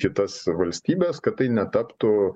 kitas valstybes kad tai netaptų